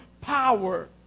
power